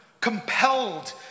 compelled